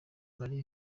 marie